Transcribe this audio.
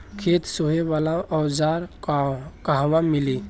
खेत सोहे वाला औज़ार कहवा मिली?